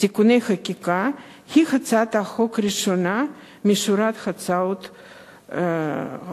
(תיקוני חקיקה) היא הצעת חוק ראשונה בשורת הצעות החוק.